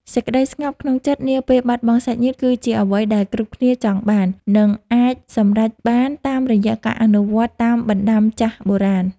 សេចក្តីស្ងប់ក្នុងចិត្តនាពេលបាត់បង់សាច់ញាតិគឺជាអ្វីដែលគ្រប់គ្នាចង់បាន និង អាចសម្រេចបានតាមរយៈការអនុវត្តតាមបណ្តាំចាស់បុរាណ។